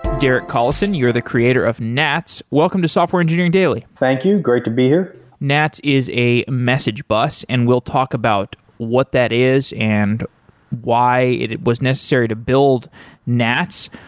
derek collison, you're the creator of nats. welcome to software engineering daily thank you. great to be here nats is a message bus and we'll talk about what that is and why it it was necessary to build nats.